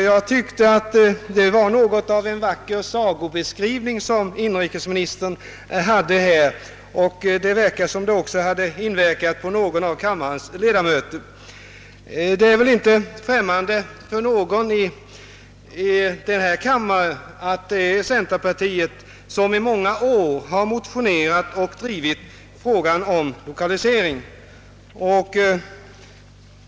Jag tyckte att detta liknade en vacker saga, och det föreföll som om det också hade inverkat på några av kammarens ledamöter. Det bör väl inte vara okänt för någon i denna kammare, att det är centerpartiet som i många år motionerat och drivit frågan om lokalisering.